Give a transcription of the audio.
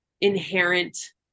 inherent